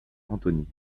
antony